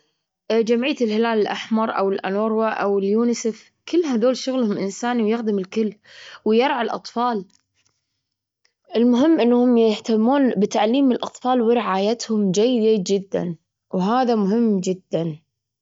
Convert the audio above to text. حاليا، ماكو مشروع، لكن بفكر في إنه أنا أبدأ شيء بأونلاين. ما ماكو مشاريع الحين في بالي أو في دماغي. ماكو حماس، وماكو رأس مال.